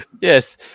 yes